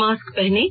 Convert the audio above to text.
mask पहनें